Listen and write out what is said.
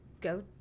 go